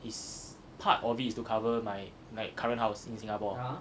is part of it is to cover my like current house in singapore